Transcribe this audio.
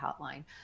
hotline